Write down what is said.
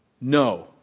No